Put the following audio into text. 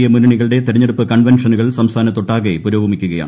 A മുന്നണികളുടെ തെരഞ്ഞെടുപ്പ് കൺവൻഷനുകൾ സംസ്ഥാനത്തൊട്ടാകെ പുരോഗമിക്കുകയാണ്